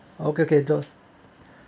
oh okay okay those